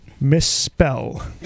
misspell